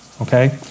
okay